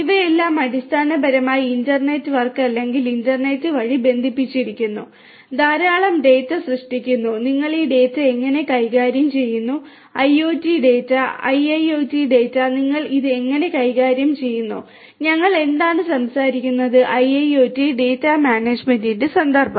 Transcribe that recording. ഇവയെല്ലാം അടിസ്ഥാനപരമായി internet work അല്ലെങ്കിൽ ഇന്റർനെറ്റ് വഴി ബന്ധിപ്പിച്ചിരിക്കുന്നു ധാരാളം ഡാറ്റ സൃഷ്ടിക്കുന്നു നിങ്ങൾ ഈ ഡാറ്റ എങ്ങനെ കൈകാര്യം ചെയ്യുന്നു ഐഒടി ഡാറ്റ ഐഐഒടി ഡാറ്റ നിങ്ങൾ ഇത് എങ്ങനെ കൈകാര്യം ചെയ്യുന്നു ഞങ്ങൾ എന്താണ് സംസാരിക്കുന്നത് IIoT ഡാറ്റ മാനേജ്മെന്റിന്റെ സന്ദർഭം